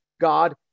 God